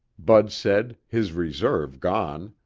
bud said, his reserve gone.